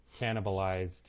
cannibalized